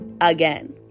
again